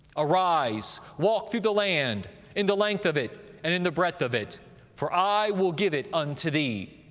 arise, walk through the land in the length of it and in the breadth of it for i will give it unto thee.